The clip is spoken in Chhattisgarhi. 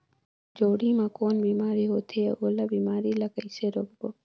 जोणी मा कौन बीमारी होथे अउ ओला बीमारी ला कइसे रोकबो?